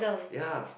yeah